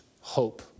hope